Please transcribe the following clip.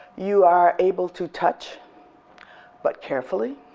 you are able to touch but carefully